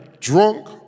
drunk